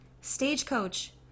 Stagecoach